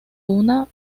una